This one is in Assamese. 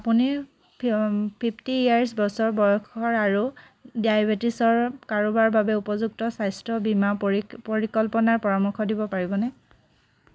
আপুনি ফিফটি ইয়েৰছ বছৰ বয়সৰ আৰু ডাইবিটিছৰ কাৰোবাৰ বাবে উপযুক্ত স্বাস্থ্য বীমা পৰি পৰিকল্পনাৰ পৰামৰ্শ দিব পাৰিবনে